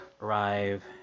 arrive